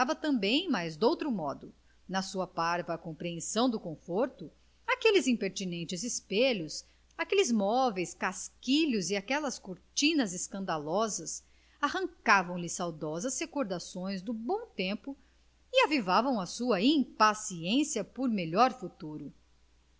também mas de outro modo na sua parva compreensão do conforto aqueles impertinentes espelhos aqueles móveis casquilhos e aquelas cortinas escandalosas arrancavam lhe saudosas recordações do bom tempo e avivavam a sua impaciência por melhor futuro